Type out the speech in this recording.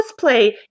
cosplay